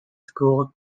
school